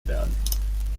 werden